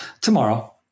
Tomorrow